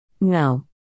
No